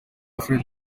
fred